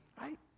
right